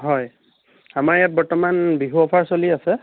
হয় আমাৰ ইয়াত বৰ্তমান বিহু অফাৰ চলি আছে